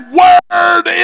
word